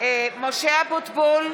בשמות חברי הכנסת) משה אבוטבול,